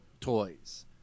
toys